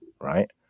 right